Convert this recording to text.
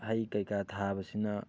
ꯍꯩ ꯀꯩꯀꯥ ꯊꯥꯕꯁꯤꯅ